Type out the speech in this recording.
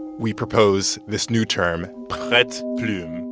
we propose this new term, but